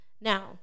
now